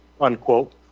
unquote